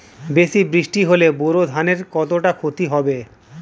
বেশি বৃষ্টি হলে বোরো ধানের কতটা খতি হবে?